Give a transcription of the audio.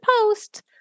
post